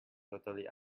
totally